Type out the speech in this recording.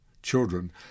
children